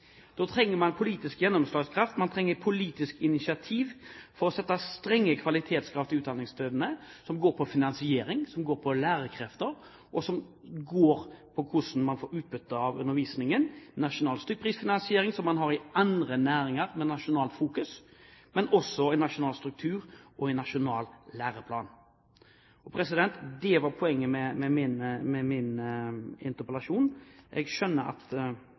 Da trenger man politisk gjennomslagskraft, man trenger politisk initiativ for å stille strenge kvalitetskrav til utdanningsstedene – som går på finansiering, som går på lærekrefter, som går på hvordan man får utbytte av undervisningen, som går på nasjonal stykkprisfinansiering, som man har i andre næringer med nasjonalt fokus, og som også går på en nasjonal struktur og en nasjonal læreplan. Det var poenget med min interpellasjon. Jeg skjønner at